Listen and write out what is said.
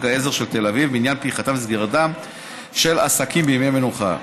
העזר של תל אביב בעניין פתיחתם וסגירתם של עסקים בימי המנוחה.